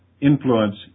influence